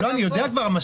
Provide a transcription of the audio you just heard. אני יודע כבר.